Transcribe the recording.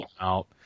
out